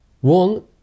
One